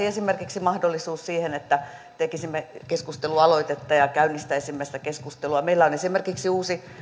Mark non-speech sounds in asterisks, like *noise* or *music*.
*unintelligible* esimerkiksi mahdollisuus siihen että tekisimme keskustelualoitetta ja käynnistäisimme sitä keskustelua meillä on esimerkiksi uusi